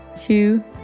Two